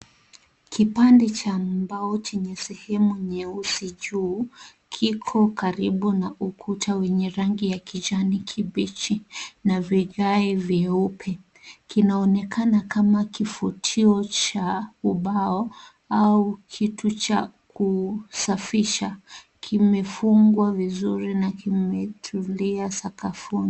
Kipande cha mbao chenye sehemu nyeusi juu kiko karibu na ukuta yenye rangi ya kijani kibichi, na vikai vyeupe. Kinaonekana kama kifutio cha ubao au kitu cha kusafisha. Kimefungwa vizuri na kimetulia sakafuni.